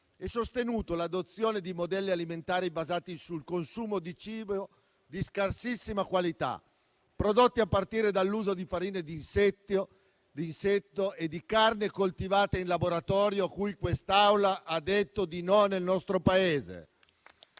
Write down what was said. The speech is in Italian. e sostenuto l'adozione di modelli alimentari basati sul consumo di cibo di scarsissima qualità, prodotto a partire dall'uso di farine di insetti e di carne coltivata in laboratorio, cui quest'Assemblea ha detto di no per il nostro Paese.